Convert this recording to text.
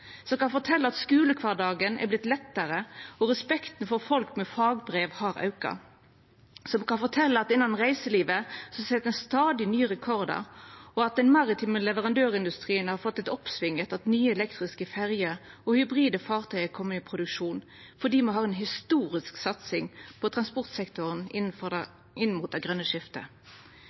som kan fortelja at skulekvardagen har vorte lettare, og at respekten for folk med fagbrev har auka, som kan fortelja at innan reiselivet set ein stadig nye rekordar, og at den maritime leverandørindustrien har fått eit oppsving etter at nye elektriske ferjer og hybride farty er komne i produksjon, fordi me har ei historisk satsing på transportsektoren inn mot det grøne skiftet.